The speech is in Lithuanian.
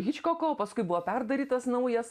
hičkoko o paskui buvo perdarytas naujas